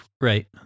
Right